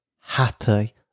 happy